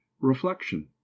reflection